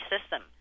system